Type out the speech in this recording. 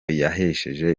yahesheje